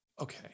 okay